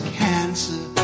cancer